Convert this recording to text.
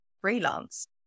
freelance